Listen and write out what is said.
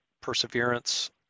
perseverance